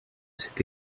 cette